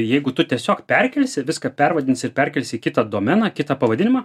jeigu tu tiesiog perkelsi viską pervadins ir perkelsi į kitą domeną kitą pavadinimą